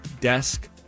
desk